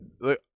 look